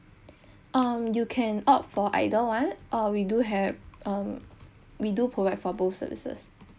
um you can opt for either one or we do have um we do provide for both services